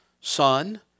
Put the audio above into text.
Son